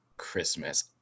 christmas